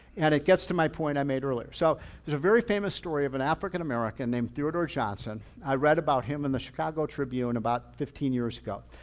and it gets to my point i made earlier. so there's a very famous story of an african american named theodore johnson. i read about him in the chicago tribune about fifteen years ago.